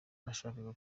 nashakaga